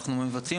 אנחנו מבצעים,